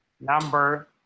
number